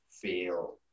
feel